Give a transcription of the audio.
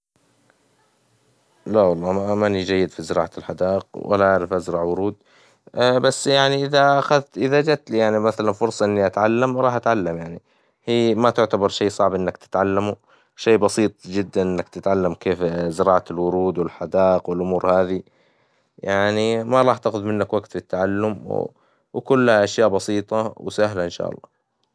لا والله ما أني جيد في زراعة الحدائق ولا أعرف أزرع ورود، بس يعني إذا أخذت إذا جت لي يعني مثلًا فرصة إني أتعلم راح أتعلم يعني، هي ما تعتبر شي صعب إنك تتعلمه شي بسيط جدًا إنك تتعلم كيف زراعة الورود والحدائق والأمور هذي يعني ما راح منك وقت في التعلم وكلها أشياء بسيطة وسهلة إن شاء الله.